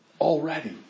Already